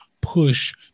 push